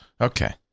okay